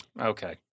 okay